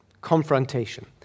Confrontation